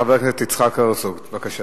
חבר הכנסת יצחק הרצוג, בבקשה.